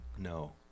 No